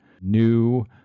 new